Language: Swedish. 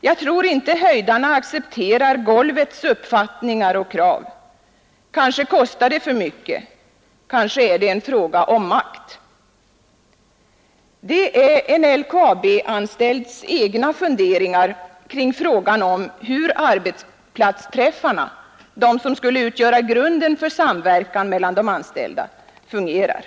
Jag tror inte höjdarna accepterar golvets uppfattningar och krav. Kanske kostar det för mycket, kanske är det en fråga om makt.” Det är en LKAB-anställds egna funderingar kring frågan om hur Nr 66 arbetsplatsträffarna — de som skulle utgöra grunden för samverkan Onsdagen den mellan de anställda — fungerar.